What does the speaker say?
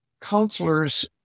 counselors